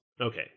Okay